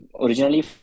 originally